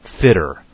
fitter